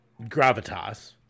gravitas